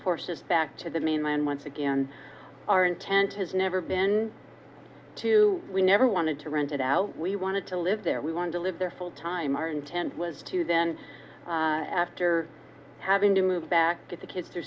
forces back to the mainland once again our intent has never been to we never wanted to rent it out we wanted to live there we wanted to live there full time our intent was to then after having to move back get the kids t